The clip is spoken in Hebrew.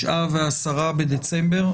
9 ו-10 בדצמבר?